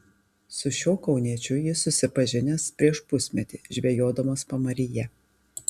su šiuo kauniečiu jis susipažinęs prieš pusmetį žvejodamas pamaryje